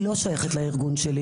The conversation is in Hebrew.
היא לא שייכת לארגון שלי